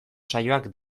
saioak